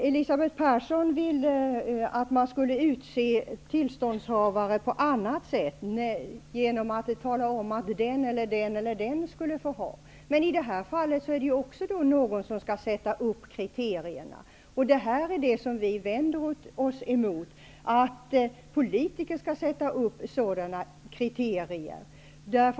Elisabeth Persson vill att man skall utse tillståndshavare på annat sätt, genom att tala om vilka som skall få tillstånd. Men i det här fallet är det ju också någon som skall sätta upp kriterierna. Vi vänder oss emot att politiker skall sätta upp sådana kriterier.